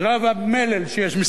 שיש מסביב לעניין הזה,